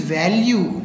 value